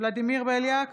ולדימיר בליאק,